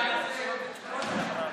אני אומרת, אדוני היושב-ראש,